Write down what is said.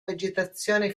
vegetazione